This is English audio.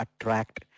attract